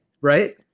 right